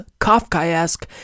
Kafkaesque